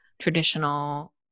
traditional